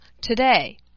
today